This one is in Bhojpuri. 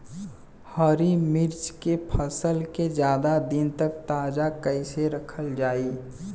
हरि मिर्च के फसल के ज्यादा दिन तक ताजा कइसे रखल जाई?